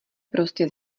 prostě